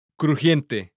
crujiente